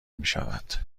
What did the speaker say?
میشود